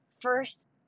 first